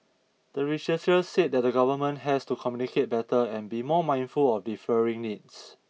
the researchers said that the Government has to communicate better and be more mindful of differing needs